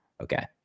Okay